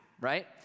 right